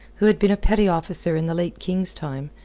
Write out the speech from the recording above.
who had been a petty officer in the late king's time,